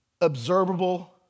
Observable